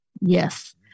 Yes